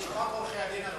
על לשכת עורכי-הדין.